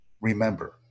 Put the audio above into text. remember